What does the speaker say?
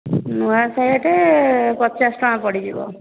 ଆଉ ନୂଆ ସାଇଆଟେ ପଚାଶ ଟଙ୍କା ପଡ଼ିଯିବ